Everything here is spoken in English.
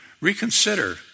reconsider